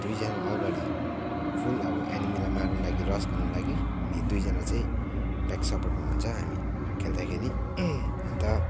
दुइजना अघाडि फुल अब एनिमिलाई मार्नु लागि क्रस गर्नु लागि दुइजना चाहिँ ब्याक सपोर्टमा हुन्छ हामी खेल्दाखेरि अन्त